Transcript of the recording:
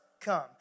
come